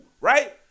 right